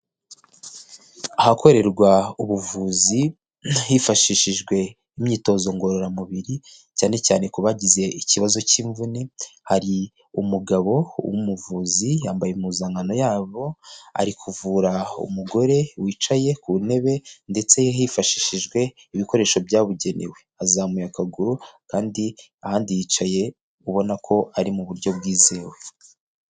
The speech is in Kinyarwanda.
Ahakorerwa ubuvuzi hifashishijwe imyitozo ngororamubiri cyane cyane ku bagize ikibazo cy'imvune, hari umugabo w'umuvuzi yambaye impuzankano yabo ari kuvura umugore wicaye ku ntebe ndetse hifashishijwe ibikoresho byabugenewe, azamuye akaguru kandi ahandi yicaye ubona ko ari mu buryo bwizewe.